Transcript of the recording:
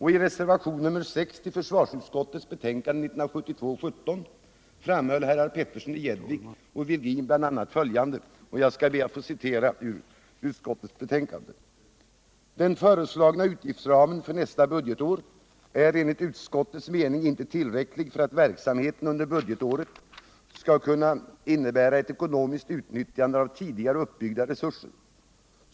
I reservation 6 till försvarsutskottets betänkande 1972:17 framhöll herrar Petersson i Gäddvik och Virgin bl.a. följande: ”Den föreslagna utgiftsramen för nästa budgetår är enligt utskottets mening inte tillräcklig för att verksamheten under budgetåret skall kunna innebära ett ekonomiskt utnyttjande av tidigare uppbyggda resurser.